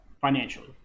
financially